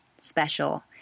special